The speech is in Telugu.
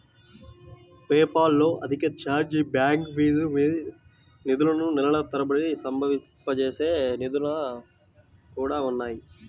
పేపాల్ లో అధిక ఛార్జ్ బ్యాక్ ఫీజు, మీ నిధులను నెలల తరబడి స్తంభింపజేసే నిబంధనలు కూడా ఉన్నాయి